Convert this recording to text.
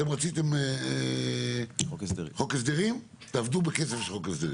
אתם רציתם חוק הסדרים, תעבדו בקצב של חוק הסדרים.